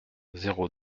zéro